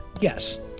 Yes